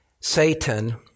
Satan